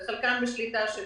וחלקן בשליטה של